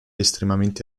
estremamente